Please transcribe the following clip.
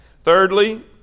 thirdly